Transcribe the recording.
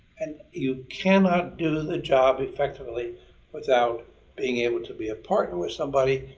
and you cannot do the job effectively without being able to be a partner with somebody,